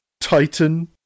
Titan